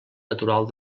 natural